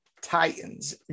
Titans